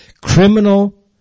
criminal